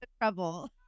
trouble